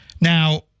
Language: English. Now